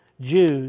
Jews